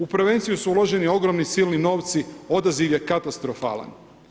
U prevenciju su uloženi ogromni silni novci, odaziv je katastrofalan.